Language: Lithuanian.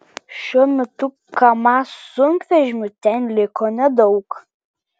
šiuo metu kamaz sunkvežimių ten liko nedaug